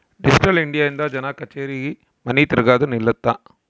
digital India ಇಂದ ಜನ ಕಛೇರಿ ಮನಿ ತಿರ್ಗದು ನಿಲ್ಲುತ್ತ